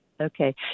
Okay